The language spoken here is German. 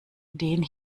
den